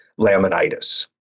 laminitis